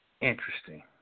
Interesting